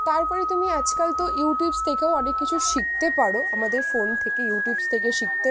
তার পরে তুমি আজকাল তো ইউটিউব থেকেও অনেক কিছু শিখতে পার আমাদের ফোন থেকে ইউটিউব থেকে শিখতে